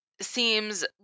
seems